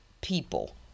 people